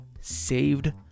saved